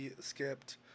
skipped